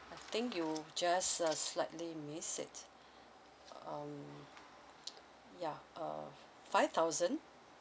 I think you just uh slightly missed it um yeah uh five thousand